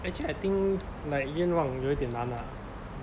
actually I think like like 愿望有点难啊